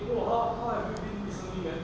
!wah!